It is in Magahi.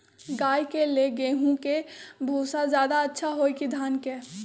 गाय के ले गेंहू के भूसा ज्यादा अच्छा होई की धान के?